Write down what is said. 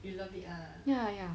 ya ya